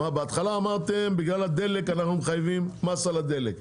בהתחלה אמרתם בגלל הדלק אנחנו מחייבים מס על הדלק,